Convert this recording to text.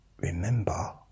remember